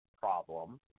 Problem